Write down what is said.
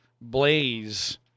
Blaze